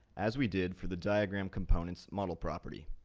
as we did for the diagram component's model property.